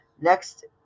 Next